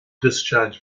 discharge